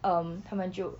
um 他们就